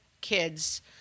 kids